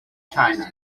china